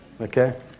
Okay